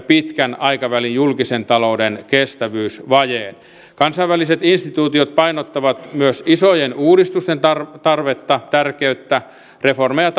pitkän aikavälin julkisen talouden kestävyysvajeen kansainväliset instituutiot painottavat myös isojen uudistusten tarvetta tarvetta tärkeyttä reformeja